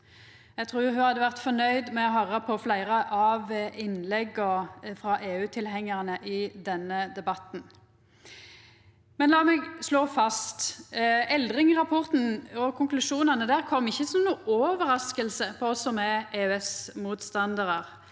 Eg trur ho hadde vore fornøgd med å høyra på fleire av innlegga frå EU-tilhengjarane i denne debatten. La meg slå fast: Eldring-rapporten og konklusjonane der kom ikkje som noka overrasking på oss som er EØS-motstandarar.